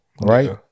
right